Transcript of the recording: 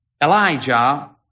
Elijah